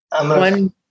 One